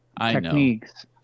techniques